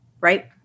right